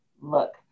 look